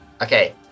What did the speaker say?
Okay